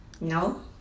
No